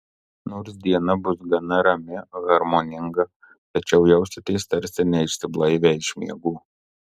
nors diena bus gana rami harmoninga tačiau jausitės tarsi neišsiblaivę iš miegų